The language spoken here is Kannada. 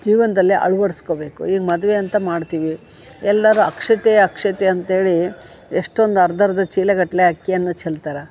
ಜೀವನದಲ್ಲೇ ಅಳ್ವಡ್ಸ್ಕೊಬೇಕು ಈಗ ಮದುವೆ ಅಂತ ಮಾಡ್ತೀವಿ ಎಲ್ಲರು ಅಕ್ಷತೆಯ ಅಕ್ಷತೆ ಅಂತೇಳಿ ಎಷ್ಟೊಂದು ಅರ್ಧರ್ಧ ಚೀಲಗಟ್ಲೆ ಅಕ್ಕಿಯನ್ನು ಚೆಲ್ತಾರೆ